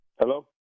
Hello